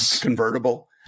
convertible